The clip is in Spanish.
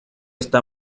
está